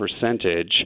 percentage